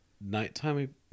nighttime